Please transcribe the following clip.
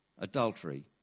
adultery